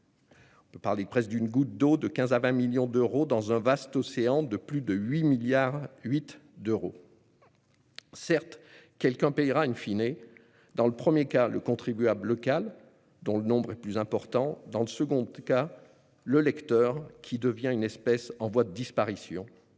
une goutte d'eau de 15 millions d'euros à 20 millions d'euros dans un vaste océan de plus de 8,8 milliards d'euros. Certes, quelqu'un paiera : dans le premier cas, le contribuable local, dont le nombre est plus important ; dans le second cas, le lecteur, qui devient une espèce en voie de disparition.